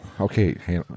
Okay